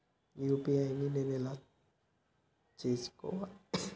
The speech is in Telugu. యూ.పీ.ఐ ను ఎలా చేస్కోవాలి?